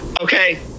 Okay